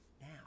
now